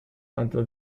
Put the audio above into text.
until